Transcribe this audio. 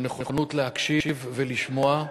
של נכונות להקשיב ולשמוע,